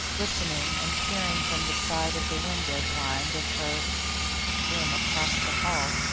listening and peering from the side of the window blind of her room across the hall,